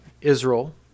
Israel